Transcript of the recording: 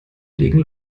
legen